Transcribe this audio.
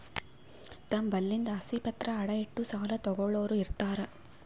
ತಮ್ ಬಲ್ಲಿಂದ್ ಆಸ್ತಿ ಪತ್ರ ಅಡ ಇಟ್ಟು ಸಾಲ ತಗೋಳ್ಳೋರ್ ಇರ್ತಾರ